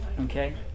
Okay